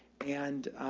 and,